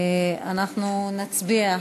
אנחנו נצביע,